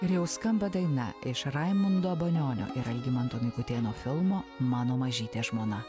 ir jau skamba daina iš raimundo banionio ir algimanto mikutėno filmo mano mažytė žmona